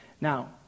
Now